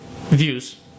views